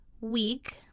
week